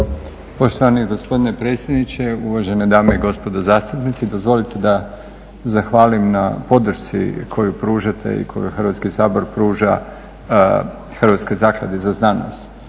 Poštovani gospodine predsjedniče, uvažene dame i gospodo zastupnici dozvolite da zahvalim na podršci koju pružate i koju Hrvatski sabor pruža Hrvatskoj zakladi za znanost.